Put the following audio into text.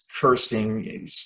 cursing